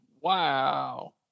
Wow